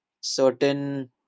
certain